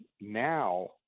Now